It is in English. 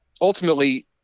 ultimately